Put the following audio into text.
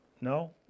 no